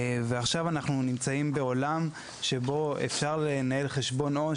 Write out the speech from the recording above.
עכשיו אנחנו נמצאים בעולם שבו אפשר לנהל חשבון עובר